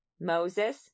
Moses